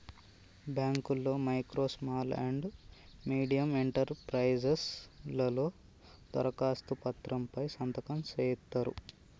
బాంకుల్లో micro small and medium enterprises లలో దరఖాస్తు పత్రం పై సంతకం సేయిత్తరు